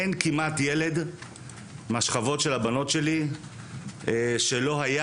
אין כמעט ילד מהשכבות של הבנות שלי שלא היה